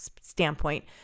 standpoint